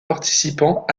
participants